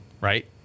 right